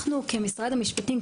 אנחנו כמשרד המשפטים,